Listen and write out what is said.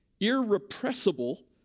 Irrepressible